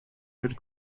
and